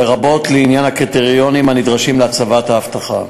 לרבות לעניין הקריטריונים הנדרשים להצבת האבטחה.